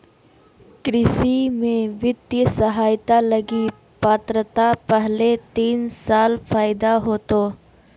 कृषि में वित्तीय सहायता लगी पात्रता पहले तीन साल फ़ायदा होतो